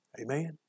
Amen